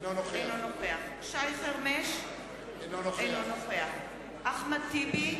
אינו נוכח שי חרמש, אינו נוכח אחמד טיבי,